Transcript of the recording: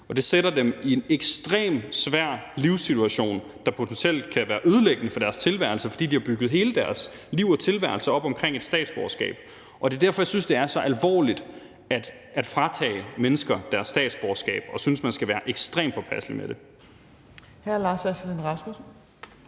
og det sætter dem i en ekstremt svær livssituation, der potentielt kan være ødelæggende for deres tilværelse, fordi de har bygget hele deres liv og tilværelse op omkring et statsborgerskab. Det er derfor, jeg synes, at det er så alvorligt at fratage mennesker deres statsborgerskab, og at man skal være ekstremt påpasselig med det.